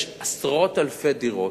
יש עשרות אלפי דירות,